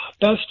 Best